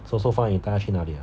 so so far 你带它去哪里